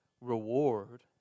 reward